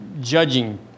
judging